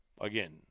Again